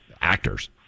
actors